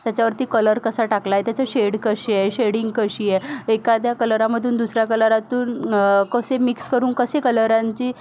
त्याच्यावरती कलर कसा टाकला आहे त्याची शेड कशी आहे शेडींग कशी आहे एखाद्या कलरामधून दुसऱ्या कलरातून कसे मिक्स करून कसे कलरांची